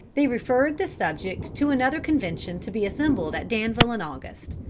they referred the subject to another convention to be assembled at danville in august.